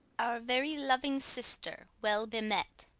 our very loving sister, well be-met